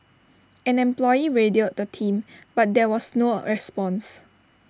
an employee radioed the team but there was no response